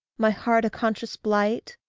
my heart a conscious blight,